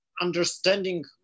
understanding